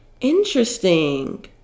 Interesting